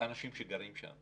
אנשים שגרים שם,